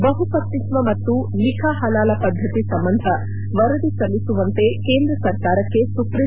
ಬಹುಪತ್ನಿತ್ವ ಮತ್ತು ನಿಖಾ ಹಲಾಲ ಪದ್ದತಿ ಸಂಬಂಧ ವರದಿ ಸಲ್ಲಿಸುವಂತೆ ಕೇಂದ್ರ ಸರಕಾರಕ್ಕೆ ಸುಪ್ರೀಂ